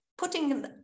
Putting